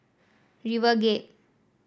RiverGate